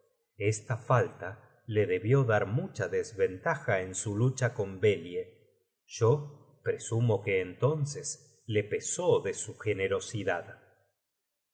esta falta le debió dar mucha desventaja en su lucha con belie yo presumo que entonces le pesó de su generosidad